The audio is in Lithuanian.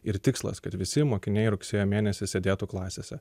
ir tikslas kad visi mokiniai rugsėjo mėnesį sėdėtų klasėse